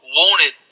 wanted